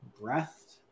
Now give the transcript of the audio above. breath